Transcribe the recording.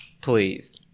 Please